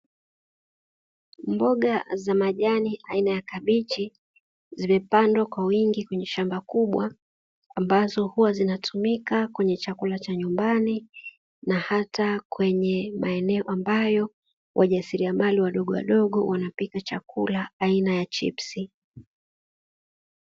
Mboga za majani aina ya kabichi zimepandwa kwa wingi kwenye shamba kubwa, ambazo huwa zinatumika kwenye chakula cha nyumbani na hata kwenye maeneo ambayo wajasiriamali wadogowadogo wanapika chakula aina ya chipsi.